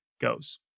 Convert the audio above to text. goes